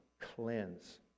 cleanse